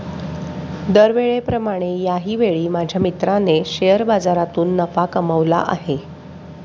दरवेळेप्रमाणे याही वेळी माझ्या मित्राने शेअर बाजारातून नफा कमावला आहे